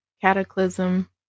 Cataclysm